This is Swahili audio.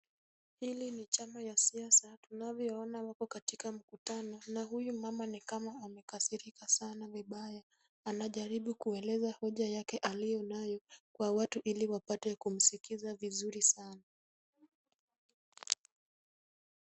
Hili ni chama ya siasa, tunavyoona wako katika mkutano na huyu mama ni kama amekasirika sana vibaya. Anajaribu kueleza hoja yake aliyo nayo kwa watu ili wapate kumsikiza vizuri sana.